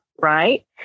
right